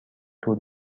طول